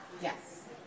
Yes